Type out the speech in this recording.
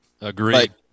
Agreed